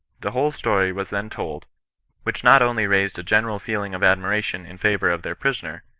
the whole story was then told which not only raised a general feeling of admiration in favour of their prisoner,